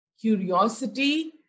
curiosity